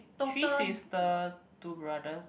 three is the two brothers